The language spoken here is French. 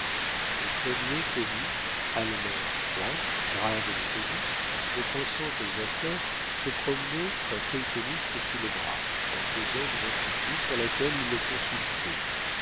le premier commis allemand froid grave et méthodique ne pensant qu'aux affaires se promenait un feuilletoniste sous le bras en causant d'une entreprise sur laquelle il le consultait